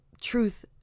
truth